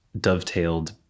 dovetailed